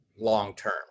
long-term